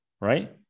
right